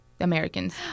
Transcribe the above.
americans